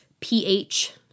pH-